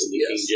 yes